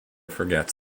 forgets